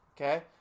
okay